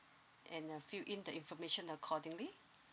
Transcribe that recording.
and the fill in the information accordingly